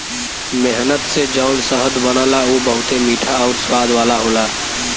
मेहनत से जौन शहद बनला उ बहुते मीठा आउर स्वाद वाला होला